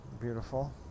beautiful